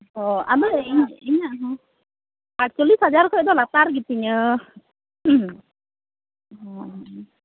ᱚ ᱟᱫᱚ ᱤᱧ ᱤᱧᱟᱹᱜ ᱦᱚᱸ ᱟᱴᱪᱚᱞᱞᱤᱥ ᱦᱟᱡᱟᱨ ᱠᱷᱚᱱ ᱫᱚ ᱞᱟᱛᱟᱨ ᱜᱮᱛᱤᱧᱟ ᱦᱮᱸ ᱚᱻ